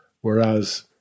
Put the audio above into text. whereas